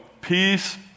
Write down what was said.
peace